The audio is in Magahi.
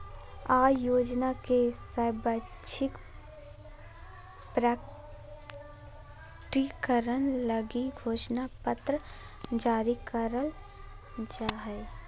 आय योजना के स्वैच्छिक प्रकटीकरण लगी घोषणा पत्र जारी करल जा हइ